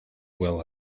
well